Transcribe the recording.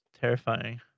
terrifying